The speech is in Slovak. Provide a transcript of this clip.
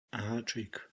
háčik